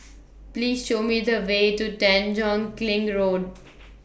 Please Show Me The Way to Tanjong Kling Road